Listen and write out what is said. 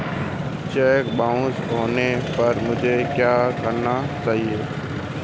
Check bounce होने पर मुझे क्या करना चाहिए?